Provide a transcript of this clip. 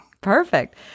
Perfect